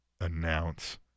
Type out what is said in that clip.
announce